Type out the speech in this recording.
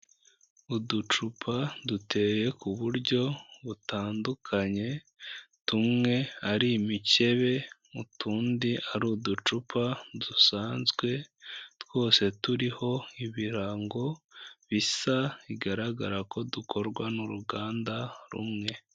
Uducupa duteye ku buryo butandukanye, tumwe ari imikebe utundi ari uducupa dusanzwe, twose turiho ibirango bisa, bigaragara ko dukorwa n'uruganda rumwe.